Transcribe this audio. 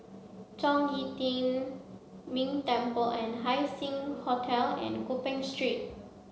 Zhong Yi Tian Ming Temple and Haising Hotel and Gopeng Street